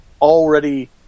already